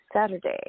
Saturday